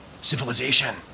civilization